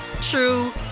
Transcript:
true